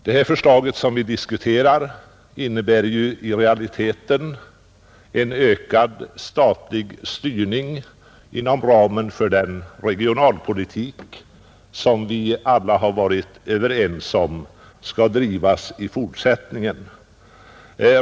Det förslag som vi diskuterar innebär i realiteten en ökad statlig styrning inom ramen för den regionalpolitik som vi alla har varit överens om skall drivas i fortsättningen.